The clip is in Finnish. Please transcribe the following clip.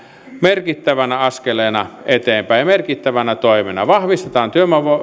merkittävänä askeleena eteenpäin ja merkittävänä toimena vahvistetaan